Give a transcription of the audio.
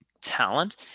talent